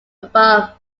above